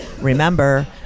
Remember